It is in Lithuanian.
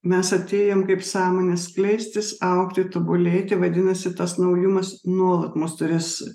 mes atėjom kaip sąmonės plėstis augti tobulėti vadinasi tas naujumas nuolat mus turės